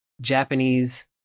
Japanese